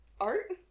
art